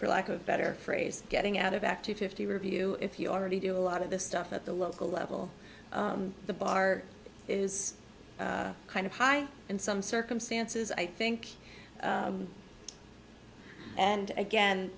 for lack of better phrase getting out of active fifty review if you already do a lot of the stuff at the local level the bar is kind of high in some circumstances i think and again